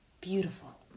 beautiful